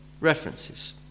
references